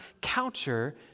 counter